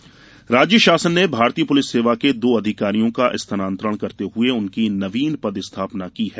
police पदस्थापना राज्य शासन ने भारतीय पुलिस सेवा के दो अधिकारियों का स्थानांतरण करते हुए उनकी नवीन पद स्थापना की है